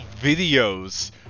videos